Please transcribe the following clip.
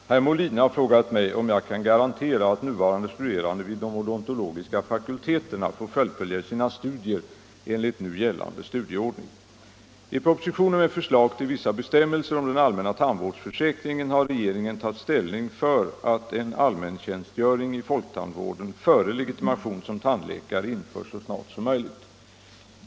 38, och anförde: Herr talman! Herr Molin har frågat mig om jag kan garantera att nuvarande studerande vid de odontologiska fakulteterna får fullfölja sina studier enligt nu gällande studieordning. I proposition med förslag till vissa bestämmelser om den allmänna tandvårdsförsäkringen har regeringen tagit ställning för att en allmäntjänstgöring i folktandvården före legitimation som tandläkare införs så snart som möjligt.